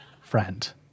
friend